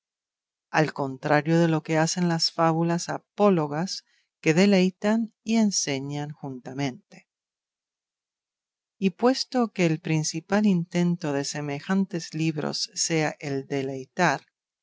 al contrario de lo que hacen las fábulas apólogas que deleitan y enseñan juntamente y puesto que el principal intento de semejantes libros sea el deleitar